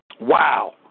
Wow